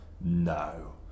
no